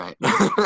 right